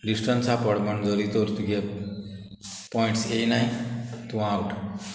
डिस्टन्सा पोरमाणें जोरी तर तुगे पॉयंट्स येयनाय तूं आवट